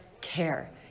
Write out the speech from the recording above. care